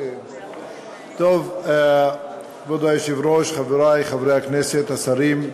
כבוד היושב-ראש, חברי חברי הכנסת, השרים,